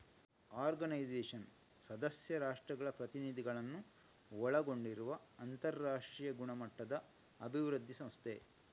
organisation ಸದಸ್ಯ ರಾಷ್ಟ್ರಗಳ ಪ್ರತಿನಿಧಿಗಳನ್ನ ಒಳಗೊಂಡಿರುವ ಅಂತರಾಷ್ಟ್ರೀಯ ಗುಣಮಟ್ಟದ ಅಭಿವೃದ್ಧಿ ಸಂಸ್ಥೆ